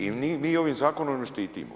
I mi ovim zakonom ne štitimo.